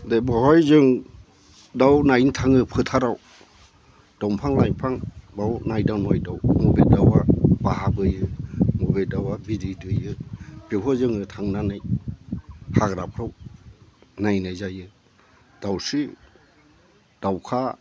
बे बावहाय जों दाउ नायनो थाङो फोथाराव दंफां लाइफांफ्राव नायदाव नायदाव बबे दाउआ बाहा बोयो बबे दाउआ बिदै दैयो बेखौ जोङो थांनानै हाग्राफ्राव नायै नायै जायो दाउस्रि दाउखा